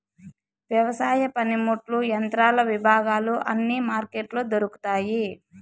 వ్యవసాయ పనిముట్లు యంత్రాల విభాగాలు అన్ని మార్కెట్లో దొరుకుతాయి